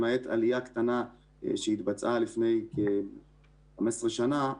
למעט עלייה קטנה שהתבצעה לפני כ-15 שנה,